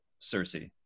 Cersei